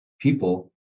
people